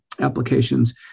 applications